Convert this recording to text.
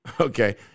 Okay